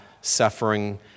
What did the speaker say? suffering